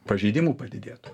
pažeidimų padidėtų